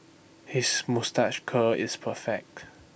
his moustache curl is perfect